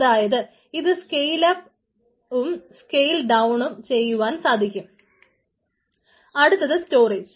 അടുത്തത് സ്റ്റോറേജ്